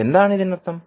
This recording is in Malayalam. എന്താണ് ഇതിനർത്ഥം